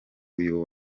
uyu